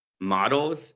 models